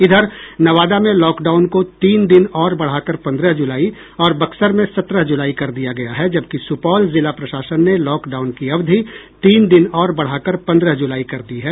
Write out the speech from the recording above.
इधर नवादा में लॉकडाउन को तीन दिन और बढ़ाकर पंद्रह जुलाई और बक्सर में सत्रह जुलाई कर दिया गया है जबकि सुपौल जिला प्रशासन ने लॉकडाउन की अवधि तीन दिन और बढ़ाकर पंद्रह ज़ुलाई कर दी है